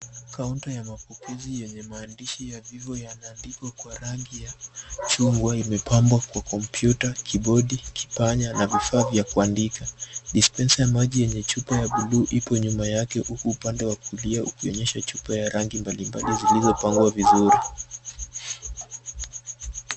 Kaunta ya mapokezi yenye maandishi ya vivo yameandikwa kwa rangi ya chungwa imepambwa kwa kompyuta, kibodi, kipanya na vifaa vya kuandika. Dispenser ya maji yenye chupa ya buluu ipo nyuma yake huku upande wa kulia ukionyesha chupa ya rangi mbalimbali zilizopangwa vizuri.